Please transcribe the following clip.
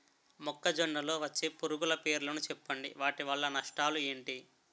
మొక్కజొన్న లో వచ్చే పురుగుల పేర్లను చెప్పండి? వాటి వల్ల నష్టాలు ఎంటి?